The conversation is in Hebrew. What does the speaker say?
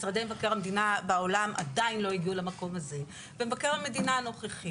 משרדי מבקר המדינה בעולם עדיין לא הגיעו למקום הזה ומבקר המדינה הנוכחי